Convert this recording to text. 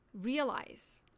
realize